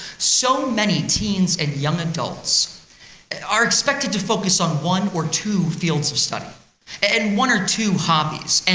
so many teens and young adults are expected to focus on one or two fields of study and one or two hobbies, and